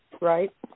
right